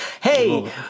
Hey